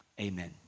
Amen